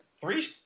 three